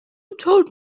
told